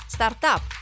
Startup